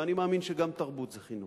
ואני מאמין שגם תרבות זה חינוך.